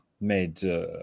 made